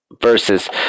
versus